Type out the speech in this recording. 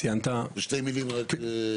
זכויות הבנייה ל-25 מ"ר.